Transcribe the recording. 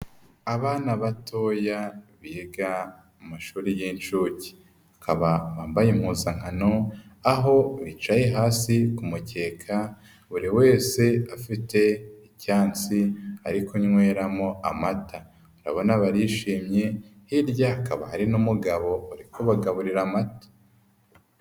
Abana batoya biga amashuri y'inshuke bakaba bambaye impuzankano aho bicaye hasi ku mukeka, buri wese afite icyansi ari kunyweramo amata urabona barishimye hirya ha akaba hari n'umugabo urikugaburira amata.